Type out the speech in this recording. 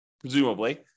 presumably